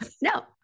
No